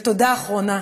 ותודה אחרונה